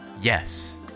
Yes